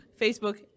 Facebook